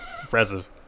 Impressive